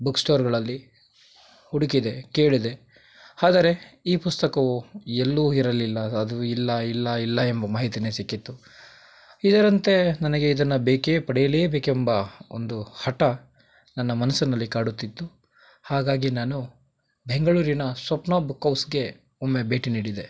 book ಸ್ಟೋರ್ಗಳಲ್ಲಿ ಹುಡುಕಿದೆ ಕೇಳಿದೆ ಆದರೆ ಈ ಪುಸ್ತಕವು ಎಲ್ಲೂ ಇರಲಿಲ್ಲ ಅದು ಇಲ್ಲ ಇಲ್ಲ ಇಲ್ಲ ಎಂಬ ಮಾಹಿತಿಯೇನೇ ಸಿಕ್ಕಿತ್ತು ಇದರಂತೆ ನನಗೆ ಇದನ್ನ ಬೇಕೇ ಪಡೆಯಲೇಬೇಕೆಂಬ ಒಂದು ಹಠ ನನ್ನ ಮನಸ್ಸಿನಲ್ಲಿ ಕಾಡುತ್ತಿತ್ತು ಹಾಗಾಗಿ ನಾನು ಬೆಂಗಳೂರಿನ ಸ್ವಪ್ನ ಬುಕ್ ಔಸ್ಗೆ ಒಮ್ಮೆ ಭೇಟಿ ನೀಡಿದೆ